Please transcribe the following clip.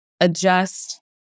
adjust